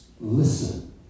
listen